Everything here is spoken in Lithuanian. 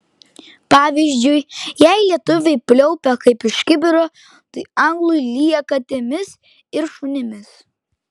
pavyzdžiui jei lietuviui pliaupia kaip iš kibiro tai anglui lyja katėmis ir šunimis